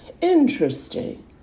Interesting